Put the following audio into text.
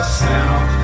sound